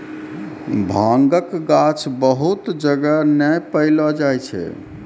भांगक गाछ बहुत जगह नै पैलो जाय छै